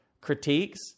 critiques